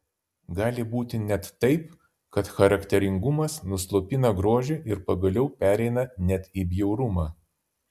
gali būti net taip kad charakteringumas nuslopina grožį ir pagaliau pereina net į bjaurumą